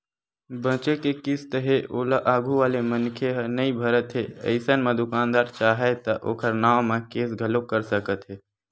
बचें के किस्त हे ओला आघू वाले मनखे ह नइ भरत हे अइसन म दुकानदार चाहय त ओखर नांव म केस घलोक कर सकत हे